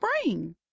spring